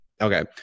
Okay